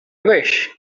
wished